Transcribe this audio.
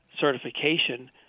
certification